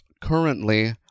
currently